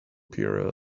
period